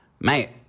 Mate